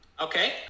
Okay